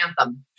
Anthem